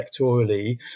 electorally